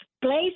place